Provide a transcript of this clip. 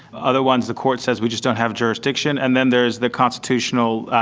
other ones the court says we just don't have jurisdiction. and then there's the constitutional,